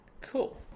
Cool